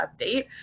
update